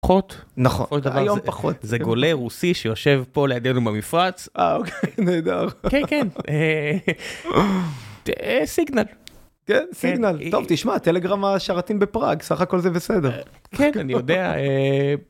נכון היום פחות זה גולה רוסי שיושב פה לידינו במפרץ. נהדר. כן כן. סיגנל. סיגנל תשמע טלגרם השרתים בפראג סך הכל זה בסדר.